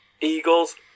Eagles